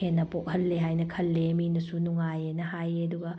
ꯍꯦꯟꯅ ꯄꯣꯛꯍꯜꯂꯦ ꯍꯥꯏꯅ ꯈꯜꯂꯦ ꯃꯤꯅꯁꯨ ꯅꯨꯡꯉꯥꯏ ꯍꯥꯏꯌꯦ ꯑꯗꯨꯒ